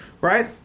Right